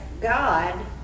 God